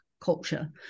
culture